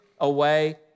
away